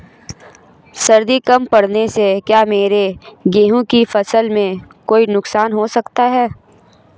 सर्दी कम पड़ने से क्या मेरे गेहूँ की फसल में कोई नुकसान हो सकता है?